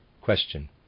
Question